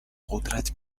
قدرت